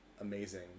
amazing